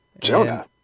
Jonah